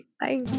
Bye